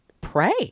pray